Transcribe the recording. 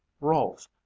rolf